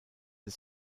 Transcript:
his